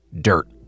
dirt